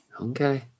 Okay